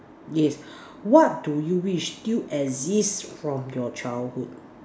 yes what do you wish still exist from your childhood